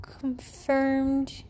confirmed